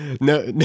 No